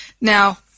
Now